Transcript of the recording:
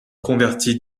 convertie